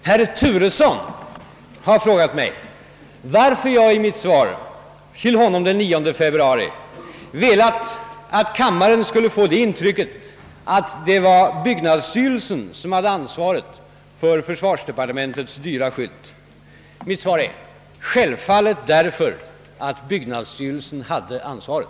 Herr talman! Herr Turesson har frågat mig varför jag i mitt svar till honom den 9 februari velat att kammaren skulle få det intrycket att det var byggnadsstyrelsen som hade ansvaret för försvarsdepartementets dyra skylt. Mitt svar är: Självfallet därför att byggnadsstyrelsen hade ansvaret.